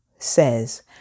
says